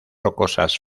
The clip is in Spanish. rocosas